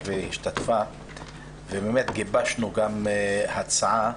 גיבשנו גם הצעה,